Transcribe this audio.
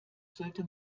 sollte